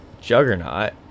Juggernaut